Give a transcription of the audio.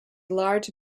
large